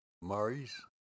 Maurice